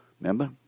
Remember